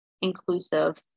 inclusive